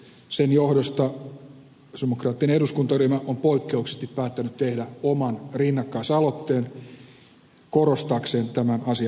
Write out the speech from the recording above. sen johdosta sosialidemokraattinen eduskuntaryhmä on poikkeuksellisesti päättänyt tehdä oman rinnakkaisaloitteen korostaakseen tämän asian merkitystä